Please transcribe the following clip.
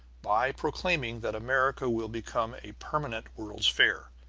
by proclaiming that america will become a permanent world's fair,